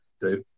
Dave